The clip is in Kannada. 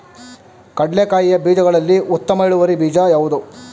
ಕಡ್ಲೆಕಾಯಿಯ ಬೀಜಗಳಲ್ಲಿ ಉತ್ತಮ ಇಳುವರಿ ಬೀಜ ಯಾವುದು?